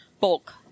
Bulk